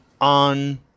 on